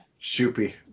Shoopy